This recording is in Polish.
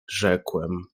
rzekłem